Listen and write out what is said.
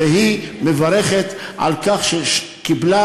והיא מברכת על כך שקיבלה,